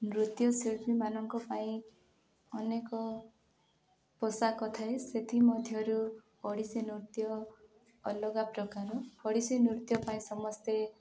ନୃତ୍ୟଶିଳ୍ପୀମାନଙ୍କ ପାଇଁ ଅନେକ ପୋଷାକ ଥାଏ ସେଥିମଧ୍ୟରୁ ଓଡ଼ିଶୀ ନୃତ୍ୟ ଅଲଗା ପ୍ରକାର ଓଡ଼ିଶୀ ନୃତ୍ୟ ପାଇଁ ସମସ୍ତେ